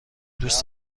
دوست